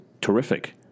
terrific